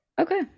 Okay